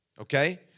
Okay